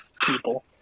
people